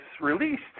released